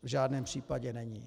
V žádném případě není.